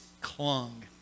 clung